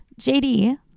JD